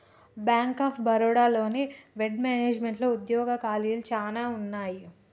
bank of Baroda లోని వెడ్ మేనేజ్మెంట్లో ఉద్యోగాల ఖాళీలు చానా ఉన్నయి